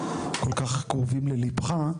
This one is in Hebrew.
כל כך קרובים לליבך,